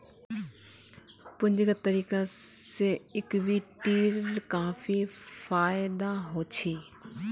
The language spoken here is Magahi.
पूंजीगत तरीका से इक्विटीर काफी फायेदा होछे